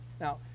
Now